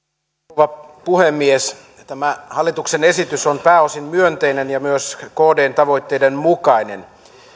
rouva puhemies tämä hallituksen esitys on pääosin myönteinen ja myös kdn tavoitteiden mukainen